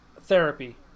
Therapy